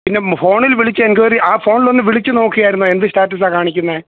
പിന്നെ ഫോണില് വിളിച്ച് എന്ക്വയറി ആ ഫോണില് ഒന്ന് വിളിച്ച് നോക്കിയായിരുന്നോ എന്ത് സ്റ്റാറ്റസാ കാണിക്കുന്നത്